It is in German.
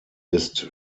ist